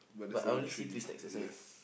but I only see three stacks that's why